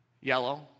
Yellow